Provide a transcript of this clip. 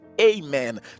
amen